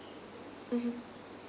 mmhmm